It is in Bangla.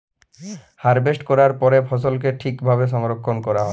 হারভেস্ট ক্যরার পরে ফসলকে ঠিক ভাবে সংরক্ষল ক্যরা হ্যয়